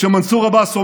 כשמנסור עבאס אומר: